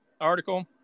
article